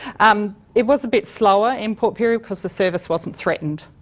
um it was a bit slower in port pirie cause the service wasn't threatened.